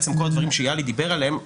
כל הדברים שיהלי דיבר עליהם,